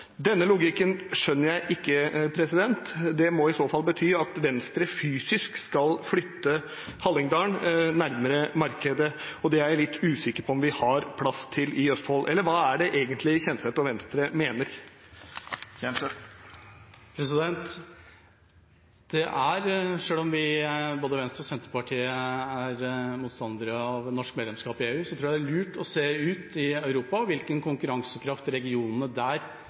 Denne logikken skjønner jeg ikke. Det må i så fall bety at Venstre fysisk skal flytte Hallingdal nærmere markedet. Det er jeg litt usikker på om vi har plass til i Østfold. Eller hva er det egentlig Kjenseth og Venstre mener? Selv om både Venstre og Senterpartiet er motstandere av norsk medlemskap i EU, tror jeg det er lurt å se ut i Europa og se hvilken konkurransekraft regionene der